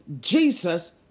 Jesus